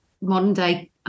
modern-day